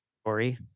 story